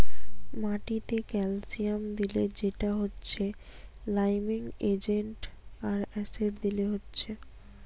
মাটিতে ক্যালসিয়াম দিলে সেটা হচ্ছে লাইমিং এজেন্ট আর অ্যাসিড দিলে হচ্ছে